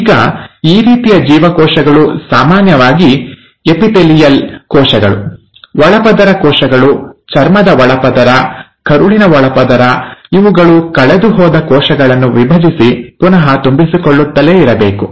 ಈಗ ಈ ರೀತಿಯ ಜೀವಕೋಶಗಳು ಸಾಮಾನ್ಯವಾಗಿ ಎಪಿಥೆಲಿಯಲ್ ಕೋಶಗಳು ಒಳಪದರ ಕೋಶಗಳು ಚರ್ಮದ ಒಳಪದರ ಕರುಳಿನ ಒಳಪದರ ಇವುಗಳು ಕಳೆದುಹೋದ ಕೋಶಗಳನ್ನು ವಿಭಜಿಸಿ ಪುನಃ ತುಂಬಿಸಿಕೊಳ್ಳುತ್ತಲೇ ಇರಬೇಕು